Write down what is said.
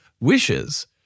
wishes